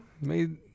Made